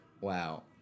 Wow